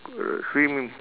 uh swim